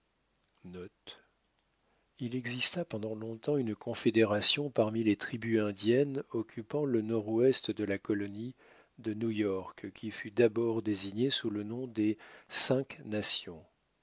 il exista pendant longtemps une confédération parmi les tribus indiennes occupant le nord-ouest de la colonie de new-york qui fut d'abord désignée sous le nom des cinq nations